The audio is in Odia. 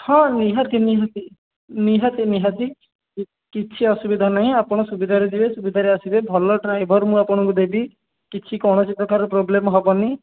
ହଁ ନିହାତି ନିହାତି ନିହାତି ନିହାତି କି କିଛି ଅସୁବିଧା ନାହିଁ ଆପଣ ସୁବିଧାରେ ଯିବେ ସୁବିଧାରେ ଆସିବେ ଭଲ ଡ୍ରାଇଭର୍ ମୁଁ ଆପଣଙ୍କୁ ଦେବି କିଛି କୌଣସି ପ୍ରକାର ପ୍ରୋବ୍ଲେମ୍ ହେବନି